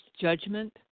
judgment